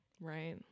right